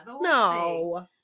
no